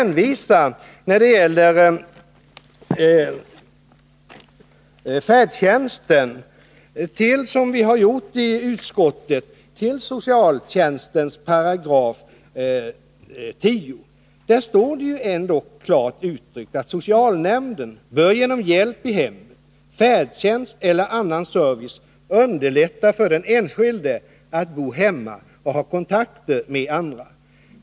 När det gäller färdtjänsten i övrigt vill jag i likhet med utskottet hänvisa till socialtjänstlagens 10 §. Där står: ”Socialnämnden bör genom hjälp i hemmet, färdtjänst eller annan service underlätta för den enskilde att bo hemma och ha kontakter med andra.